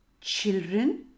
Children